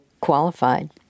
qualified